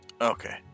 Okay